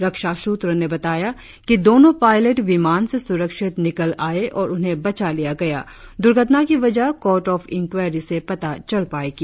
रक्षा सूत्रों ने बताया कि दोनों पायलट विमान से सुरक्षित निकल आए और उन्हें बचा लिया गया द्रर्घटना की वजह कोर्ट ऑफ इन्कवारी से पता चल पाएगी